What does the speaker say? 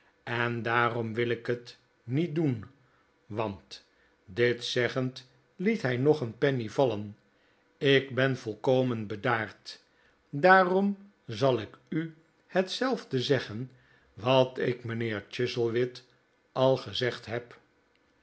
en daarom wil ik het niet doen want dit zeggend liet hij nog een penny vallen ik ben volkomen bedaard daarom zal ik u hetzelfde zeggen wat ik mijnheer chuzzlewit al gezegd heb